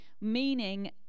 Meaning